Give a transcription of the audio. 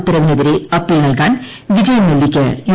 ഉത്തരവിനെതിരെ അപ്പീൽ നൽകാൻ വിജയ് മലൃയ്ക്ക് യു